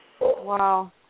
Wow